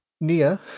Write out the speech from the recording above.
Nia